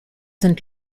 sind